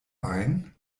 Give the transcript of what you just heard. ein